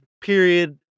period